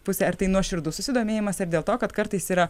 pusė ar tai nuoširdus susidomėjimas ar dėl to kad kartais yra